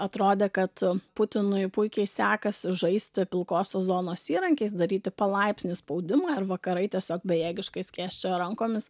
atrodė kad putinui puikiai sekasi žaisti pilkosios zonos įrankiais daryti palaipsnį spaudimą ir vakarai tiesiog bejėgiškai skėsčioja rankomis